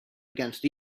against